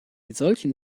solchen